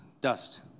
dust